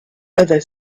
other